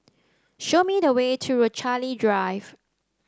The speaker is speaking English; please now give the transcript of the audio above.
show me the way to Rochalie Drive